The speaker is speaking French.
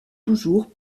toujours